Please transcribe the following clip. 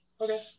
Okay